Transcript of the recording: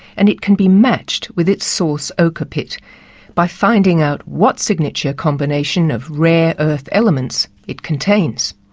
and it can be matched with its source ochre pit by finding out what signature combination of rare earth elements it contains.